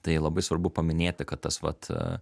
tai labai svarbu paminėti kad tas vat